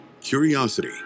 curiosity